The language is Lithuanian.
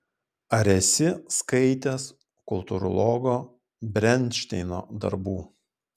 ar esi skaitęs kultūrologo brenšteino darbų